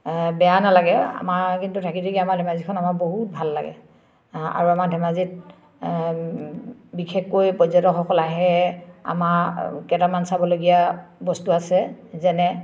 বেয়া নালাগে আমাৰ কিন্তু থাকি থাকি আমাৰ ধেমাজিখন আমাৰ বহুত ভাল লাগে আৰু আমাৰ ধেমাজিত বিশেষকৈ পৰ্যটকসকল আহে আমাৰ কেইটামান চাবলগীয়া বস্তু আছে যেনে